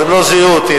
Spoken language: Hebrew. אז הם לא זיהו אותי,